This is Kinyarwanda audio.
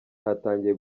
hatangiye